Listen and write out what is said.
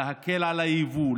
להקל את היבוא,